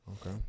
Okay